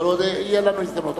עוד תהיה לנו הזדמנות.